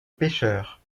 pêcheurs